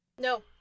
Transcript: No